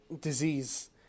Disease